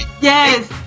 Yes